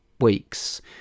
weeks